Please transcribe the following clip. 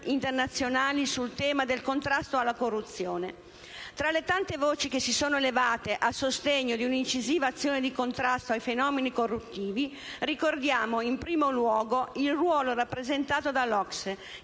internazionali sul tema del contrasto alla corruzione. Tra le tante voci che si sono levate a sostegno di un'incisiva azione di contrasto ai fenomeni corruttivi ricordiamo, in primo luogo, il ruolo rappresentato dall'OCSE,